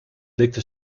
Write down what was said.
likte